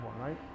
right